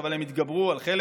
אבל הם התגברו על חלק,